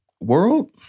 world